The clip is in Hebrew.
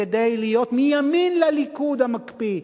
כדי להיות מימין לליכוד המקפיא,